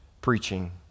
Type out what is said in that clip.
preaching